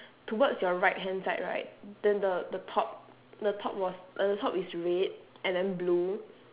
towards your right hand side right then the the top the top was at the top is red and then blue